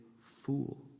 fool